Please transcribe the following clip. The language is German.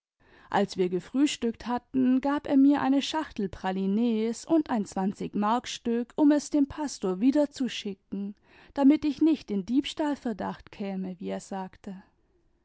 als wir gefrühstückt hatten gab er mir eine schachtel pralinees und ein zwanzigmarkstück um es dem pastor wiederzuschicken damit ich nicht in diebstahlverdacht käme wie er sagte